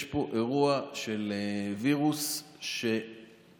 יש פה אירוע של וירוס שמדביק